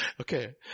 okay